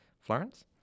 Florence